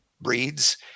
breeds